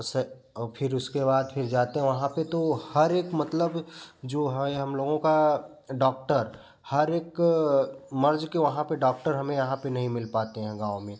उसे और फिर उसके बाद फिर जाते हैं वहाँ पर तो हर एक मतलब जो है हम लोगों का डॉक्टर हर एक मर्ज के वहाँ पर डॉक्टर हमें यहाँ पर नहीं मिल पाते है गाँव में